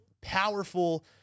powerful